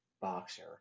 boxer